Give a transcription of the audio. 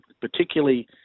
particularly